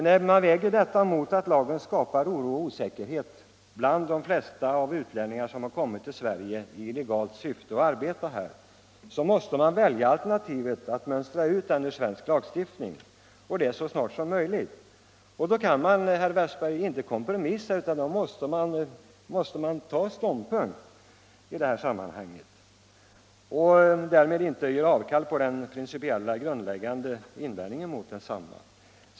När man väger detta mot det förhållandet att lagen skapar oro och osäkerhet bland de flesta utlänningar som kommit till Sverige i legalt syfte och som arbetar här, måste man välja alternativet att mönstra ut den ur svensk lagstiftning, och det så snart som möjligt. Då kan man inte kompromissa, herr Westberg i Ljusdal, utan då måste man ta ståndpunkt för att inte göra avkall på den grundläggande principiella invändningen mot den här lagen.